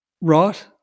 right